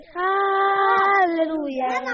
hallelujah